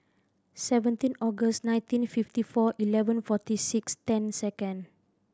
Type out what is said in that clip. seventeen August nineteen fifty four eleven forty six ten second